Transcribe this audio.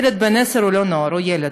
ילד בן עשר הוא לא נוער, הוא ילד,